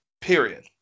Period